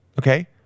Okay